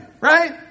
right